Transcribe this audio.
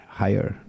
higher